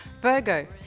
Virgo